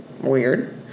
Weird